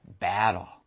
battle